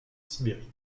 sibérie